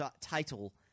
title